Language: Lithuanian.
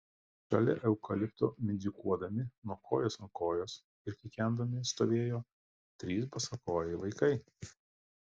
šalia eukalipto mindžikuodami nuo kojos ant kojos ir kikendami stovėjo trys basakojai vaikai